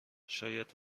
شاید